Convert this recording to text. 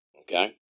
okay